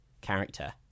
character